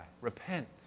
Repent